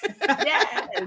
Yes